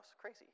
crazy